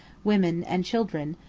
women, and children,